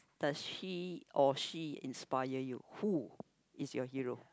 does he or she inspire you who is your hero